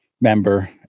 member